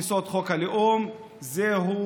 כסגני יושב-ראש הכנסת, יכול להיות,